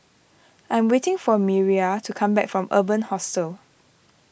I am waiting for Miriah to come back from Urban Hostel